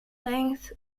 length